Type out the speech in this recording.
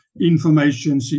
information